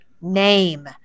name